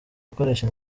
gukoresha